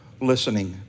listening